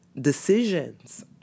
decisions